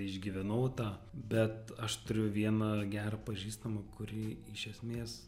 išgyvenau tą bet aš turiu vieną gerą pažįstamą kuri iš esmės